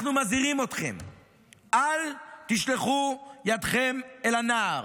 אנחנו מזהירים אתכם: אל תשלחו ידכם אל הנער.